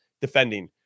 defending